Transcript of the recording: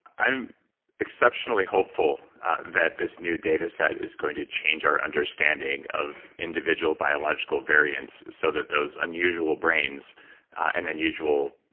i am exceptionally hopeful that this new data set is going to change our understanding of individual biological variance, so that those unusual brains and unusual